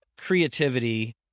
creativity